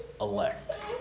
elect